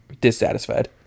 dissatisfied